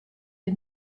the